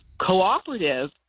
cooperative